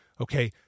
Okay